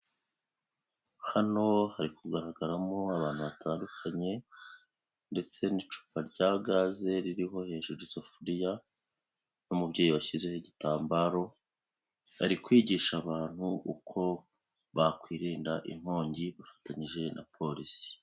Hano hari kugaragaramo abantu batandukanye ndetse n'icupa rya gaze ririho hejuru isafuriya, n'umubyeyi washyizeho igitambaro bari kwigisha abantu uko bakwirinda inkongi bafatanyije na polisi.